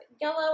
yellow